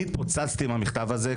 אני התפוצצתי מהמכתב הזה.